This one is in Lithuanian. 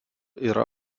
yra